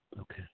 Okay